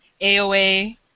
AOA